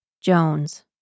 Jones